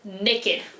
naked